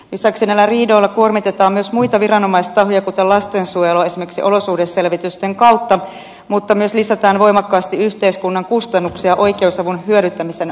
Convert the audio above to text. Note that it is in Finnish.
lisäksi näillä riidoilla kuormitetaan myös muita viranomaistahoja kuten lastensuojelua esimerkiksi olosuhdeselvitysten kautta mutta myös lisätään voimakkaasti yhteiskunnan kustannuksia oikeusavun hyödyntämisen avulla